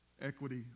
equity